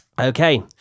Okay